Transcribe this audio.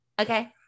Okay